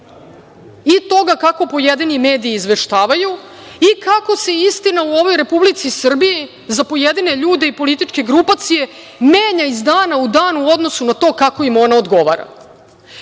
i toga kako pojedini mediji izveštavaju i kako se istina u ovoj Republici Srbiji za pojedine ljude i političke grupacije menja iz dana u dan u odnosu na to kako im ona odgovara,